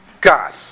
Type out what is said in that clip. God